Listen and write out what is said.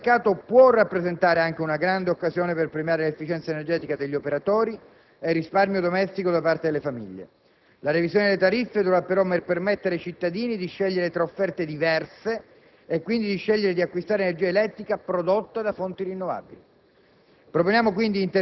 La liberalizzazione del mercato può rappresentare anche una grande occasione per premiare l'efficienza energetica degli operatori e il risparmio domestico da parte delle famiglie: la revisione delle tariffe dovrà però permettere ai cittadini di scegliere tra offerte diverse e quindi di scegliere di acquistare energia elettrica prodotta da fonti rinnovabili.